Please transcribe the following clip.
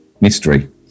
Mystery